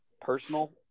personal